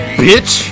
bitch